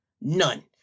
None